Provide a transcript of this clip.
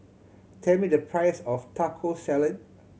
tell me the price of Taco Salad